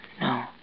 no